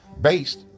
based